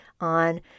on